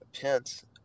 Pence